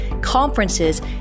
conferences